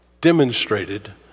demonstrated